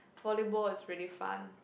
volleyball is pretty fun